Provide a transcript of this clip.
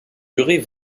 jury